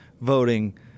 voting